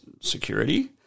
Security